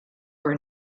were